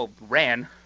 ran